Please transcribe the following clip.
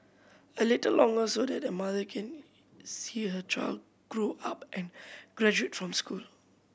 a little longer so that a mother can see her child grow up and graduate from school